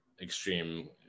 extreme